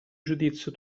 giudizio